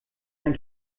ein